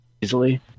easily